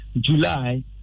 July